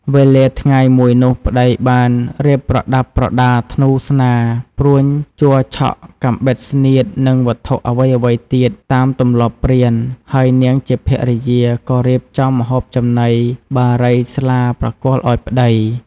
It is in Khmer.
វេលាថ្ងៃមួយនោះ ប្តីបានរៀបប្រដាប់ប្រដា ធ្នូ ស្នា ព្រួញជ័រឆក់ កាំបិតស្នៀត និងវត្ថុអ្វីៗទៀត តាមទម្លាប់ព្រាន ហើយនាងជាភរិយា ក៏រៀបចំម្ហូបចំណី បារី ស្លាប្រគល់ឱ្យប្ដី។